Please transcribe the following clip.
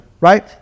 right